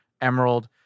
emerald